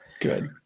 Good